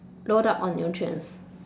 load up on nutrients